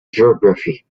geography